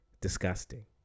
disgusting